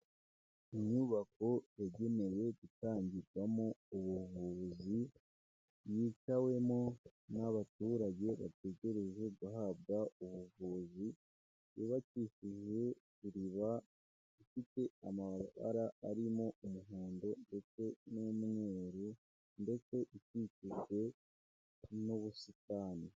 Inyubako yagenewe gutangirwamo ubuvuzi, yicyawemo n'abaturage bategereje guhabwa ubuvuzi, yubakishije iriba, ifite amabara arimo umuhondo ndetse n'umweru ndetse ikikijwe n'ubusitani.